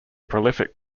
prolific